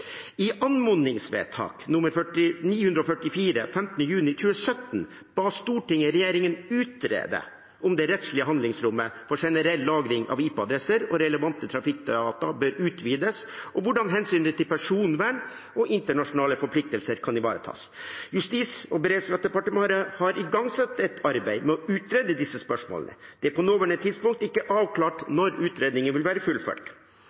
I anmodningsvedtak nr. 944 15. juni 2017 ba Stortinget «regjeringen utrede om det rettslige handlingsrommet for generell lagring av IP-adresser og relevant trafikkdata bør utvides», og «hvordan hensynet til personvern og internasjonale forpliktelser kan ivaretas». Justis- og beredskapsdepartementet har igangsatt et arbeid med å utrede disse spørsmålene. Det er på nåværende tidspunkt ikke avklart når utredningen vil være fullført.